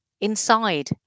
inside